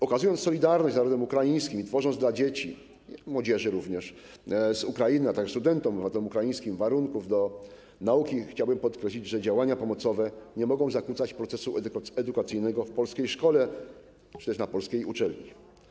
Okazując solidarność z narodem ukraińskim i tworząc dla dzieci i młodzieży z Ukrainy, a także studentów, obywateli ukraińskich, warunków do nauki, chciałbym podkreślić, że działania pomocowe nie mogą zakłócać procesu edukacyjnego w polskiej szkole czy też na polskiej uczelni.